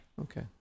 Okay